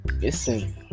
listen